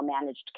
managed